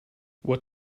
what